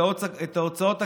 את ההוצאות הכספיות,